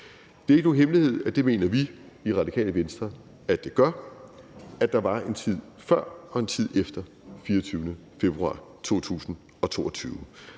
Det er ikke nogen hemmelighed, at det mener vi i Radikale Venstre at det gør, og at der var en tid før og en tid efter den 24. februar 2022.